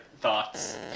thoughts